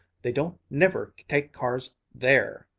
they don't never take cars there.